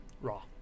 raw